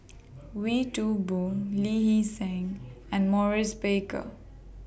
Wee Toon Boon Lee Hee Seng and Maurice Baker